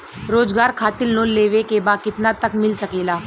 रोजगार खातिर लोन लेवेके बा कितना तक मिल सकेला?